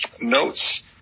notes